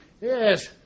Yes